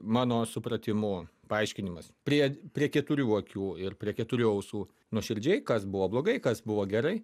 mano supratimu paaiškinimas prie prie keturių akių ir prie keturių ausų nuoširdžiai kas buvo blogai kas buvo gerai